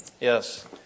Yes